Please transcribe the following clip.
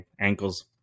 ankles